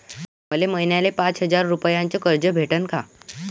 मले महिन्याले पाच हजार रुपयानं कर्ज भेटन का?